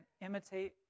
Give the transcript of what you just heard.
imitate